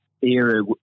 era